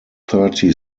thirty